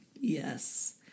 Yes